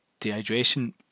Dehydration